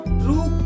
true